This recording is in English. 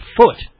foot